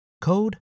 code